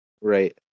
Right